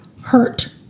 hurt